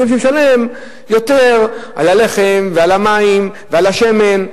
זה שמשלם יותר על הלחם ועל המים ועל השמן.